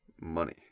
Money